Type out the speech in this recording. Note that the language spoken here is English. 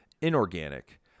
inorganic